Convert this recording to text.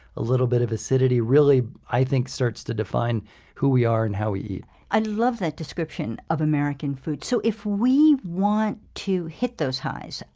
a little bit of acidity really i think starts to define who we are and how we eat i love that description of american food. so if we want to hit those highs,